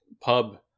pub